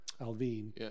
Alvin